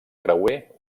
creuer